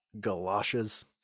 Galoshes